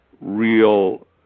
real